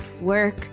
work